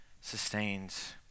sustains